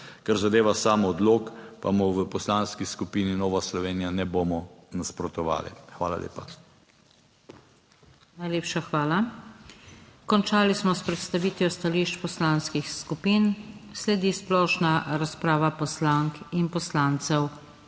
kar zadeva sam odlok pa mu v Poslanski skupini Nova Slovenija ne bomo nasprotovali. Hvala lepa. PODPREDSEDNICA NATAŠA SUKIČ: Najlepša hvala. Končali smo s predstavitvijo stališč poslanskih skupin, sledi splošna razprava poslank in poslancev